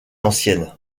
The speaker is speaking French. ancienne